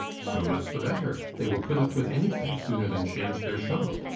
so much the better they will put up with anything sooner than change their shop.